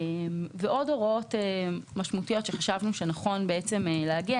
ועוד הוראות משמעותיות שחשבנו שנכון לעגן,